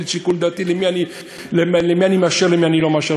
את שיקול דעתי למי אני מאשר ולמי אני לא מאשר.